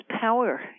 power